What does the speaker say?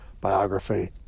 biography